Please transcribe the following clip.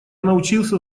научился